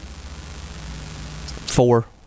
Four